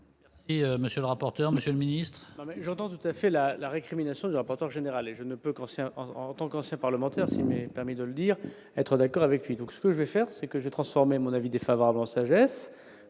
Et monsieur le rapporteur, monsieur le Ministre. J'entends tout à fait la la récrimination rapporteur général et je ne peux en tant qu'ancien parlementaire si permet de le dire, être d'accord avec lui donc ce que je vais faire, c'est que j'ai transformé mon avis défavorable en sagesse